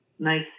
Nice